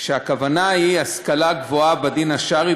והכוונה היא השכלה גבוה בדין השרעי,